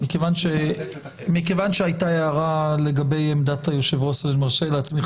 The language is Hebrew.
מכיוון שהייתה הערה לגבי עמדת היושב-ראש אני מרשה לעצמי,